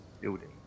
building